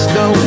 no